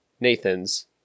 Nathan's